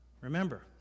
Remember